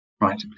right